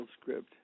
script